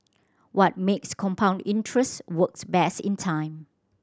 what makes compound interest works best in time